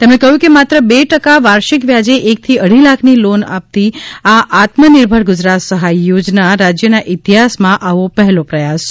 તેમણે કહ્યું કે માત્ર બે ટકા વાર્ષિક વ્યાજે એક થી અઢી લાખ ની લોન આપતી આ આત્મનિર્ભર ગુજરાત સહાય યોજના રાજ્યના ઇતિહાસમાં આવો પહેલો પ્રયાસ છે